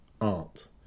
art